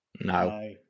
No